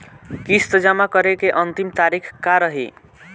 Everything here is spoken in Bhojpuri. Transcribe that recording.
किस्त जमा करे के अंतिम तारीख का रही?